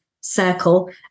circle